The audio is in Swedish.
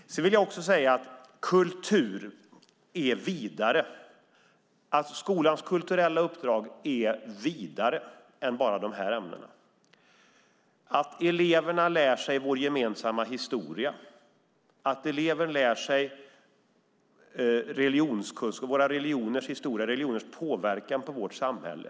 Skolans kulturella uppdrag är vidare än bara de här ämnena. Det är att eleverna lär sig vår gemensamma historia, religionernas historia och deras påverkan på vårt samhälle.